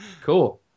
Cool